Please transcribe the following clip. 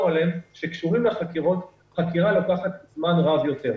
עליהם שקשורים לחקירות חקירה לוקחת זמן רב יותר,